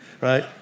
right